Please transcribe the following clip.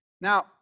Now